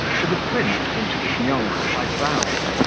to the prince and to bizmyonkov i bowed,